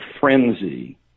frenzy